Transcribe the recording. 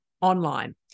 online